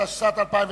התש"ע 2009,